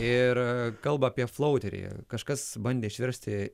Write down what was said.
ir kalba apie flauterį kažkas bandė išversti